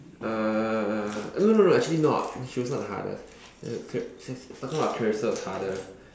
uh no no no actually not she was not the hardest Clarissa talking about Clarissa was harder